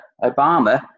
Obama